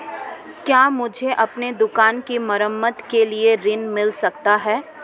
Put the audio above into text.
क्या मुझे अपनी दुकान की मरम्मत के लिए ऋण मिल सकता है?